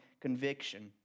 conviction